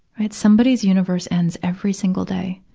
right. somebody's universe ends every single day,